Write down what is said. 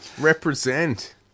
represent